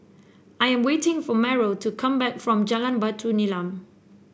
I am waiting for Meryl to come back from Jalan Batu Nilam